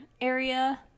area